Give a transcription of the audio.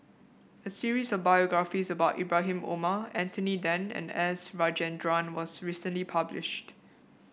a series of biographies about Ibrahim Omar Anthony Then and S Rajendran was recently published